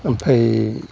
आमफाय